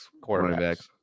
quarterbacks